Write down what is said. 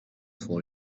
for